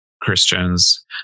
Christians